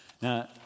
Now